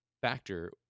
factor